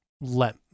let